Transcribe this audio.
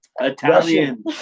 Italian